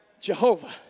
Jehovah